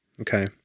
Okay